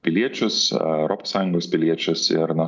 piliečius europos sąjungos piliečius ir na